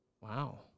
Wow